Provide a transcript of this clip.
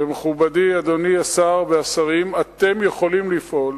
ומכובדי אדוני השר והשרים, אתם יכולים לפעול